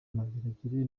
mageragere